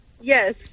Yes